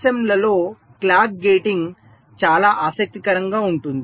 FSM లలో clock gating చాలా ఆసక్తికరంగా ఉంటుంది